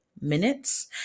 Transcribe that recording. minutes